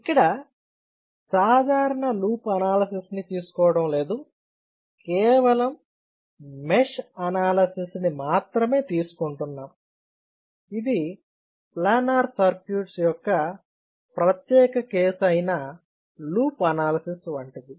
ఇక్కడ సాధారణ loop analysis ని తీసుకోవడం లేదు కేవలం మెష్ అనాలసిస్ ని మాత్రమే తీసుకుంటున్నాం ఇది ప్లానర్స్ సర్క్యూట్ల యొక్క ప్రత్యేక కేసు అయిన లూప్ అనాలిసిస్ వంటిది